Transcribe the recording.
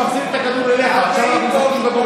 עשה משהו טוב.